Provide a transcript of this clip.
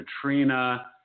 Katrina